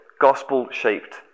gospel-shaped